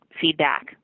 feedback